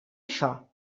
això